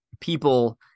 people